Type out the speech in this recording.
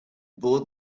bore